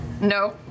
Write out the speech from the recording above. No